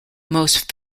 most